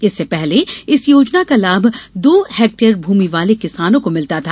इससे पहले इस योजना का लाभ दो हेक्टयर भूमि वाले किसानों को मिलता था